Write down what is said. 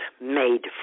made